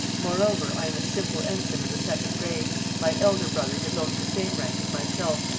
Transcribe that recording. moreover, i am a simple ensign of the second grade my elder brother has only the same rank as myself,